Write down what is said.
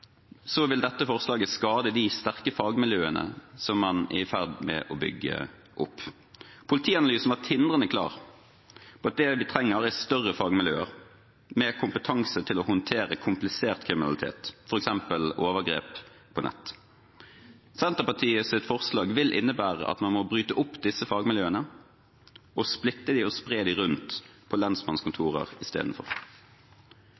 vil dette forslaget skade de sterke fagmiljøene som man er i ferd med å bygge opp. Politianalysen var tindrende klar: Det vi trenger, er større fagmiljøer med kompetanse til å håndtere komplisert kriminalitet, f.eks. overgrep på nett. Senterpartiets forslag vil innebære at man må bryte opp disse fagmiljøene, splitte dem og spre dem rundt på